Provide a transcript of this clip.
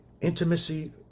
intimacy